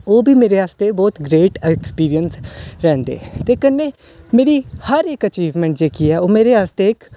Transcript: ओह् बी मेरे आस्तै बहुत गै ग्रेट ऐक्सपिरियंस रौंह्दे ते कन्नै मेरी हर इक अचीवमैंट जेह्की ऐ ओह् मेरे आस्तै